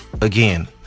again